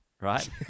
right